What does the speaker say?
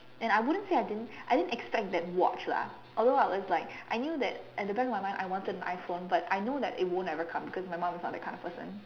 and I wouldn't say I didn't I didn't expect that watch lah although I was like I knew that at the back of my mind I wanted an iPhone but I know it won't ever come cause my mum is not that kind of person